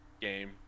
game